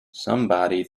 somebody